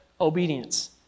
obedience